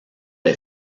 les